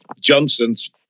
Johnson's